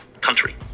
country